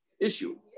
issue